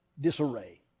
disarray